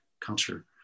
culture